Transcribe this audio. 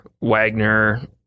wagner